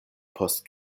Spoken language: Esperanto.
post